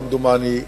כמדומני,